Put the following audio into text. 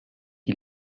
die